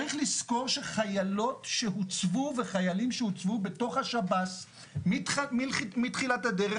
צריך לזכור שחיילות שהוצבו וחיילים שהוצבו בתוך השב"ס מתחילת הדרך,